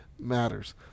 matters